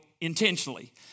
intentionally